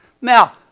Now